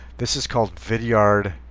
this is called vidyard.